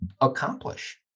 accomplish